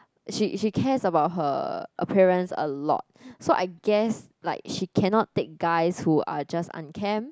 she she cares about her appearance a lot so I guess like she cannot take guys who are just unkempt